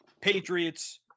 Patriots